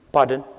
Pardon